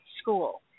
school